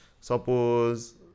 Suppose